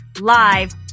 live